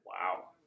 Wow